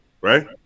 right